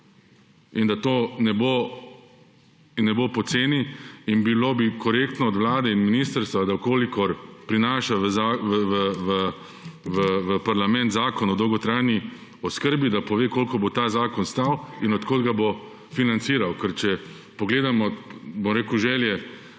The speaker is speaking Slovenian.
in da to ne bo poceni. Bilo bi korektno od Vlade in ministrstva, če prinaša v parlament zakon o dolgotrajni oskrbi, da pove, koliko bo ta zakon stal in od kje bo financiran. Ker če pogledamo želje